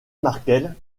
markel